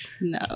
No